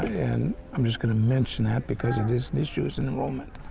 and i'm just going to mention that because it is an issue, is enrollment.